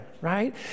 right